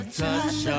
touch